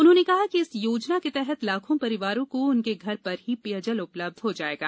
उन्होंने कहा कि इस योजना के तहत लाखों परिवारों को उनके घर पर ही पेयजल उपलब्ध हो जाएगा